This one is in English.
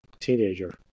teenager